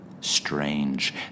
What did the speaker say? Strange